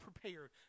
prepared